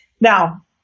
Now